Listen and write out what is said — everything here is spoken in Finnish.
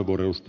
huh